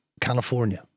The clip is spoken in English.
California